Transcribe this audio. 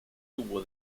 tubo